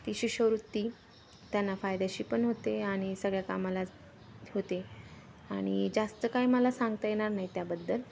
ती शिष्यवृत्ती त्यांना फायद्याची पण होते आणि सगळ्या कामाला होते आणि जास्त काय मला सांगता येणार नाही त्याबद्दल